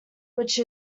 which